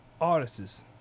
artists